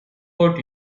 out